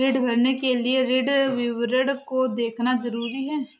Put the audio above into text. ऋण भरने के लिए ऋण विवरण को देखना ज़रूरी है